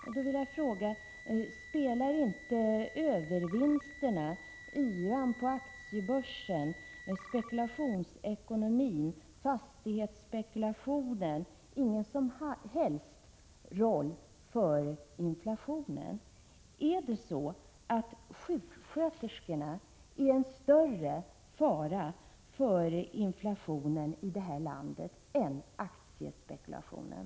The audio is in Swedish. Jag vill då fråga: Spelar övervinsterna, yran på aktiebörsen, spekulationsekonomin och fastighetsspekulationerna ingen som helst roll för inflationen? Är sjuksköterskorna en större fara för inflationen här i landet än aktiespekulationen?